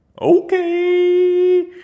Okay